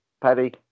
Paddy